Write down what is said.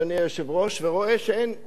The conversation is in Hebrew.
ורואה שאין שום תמונה,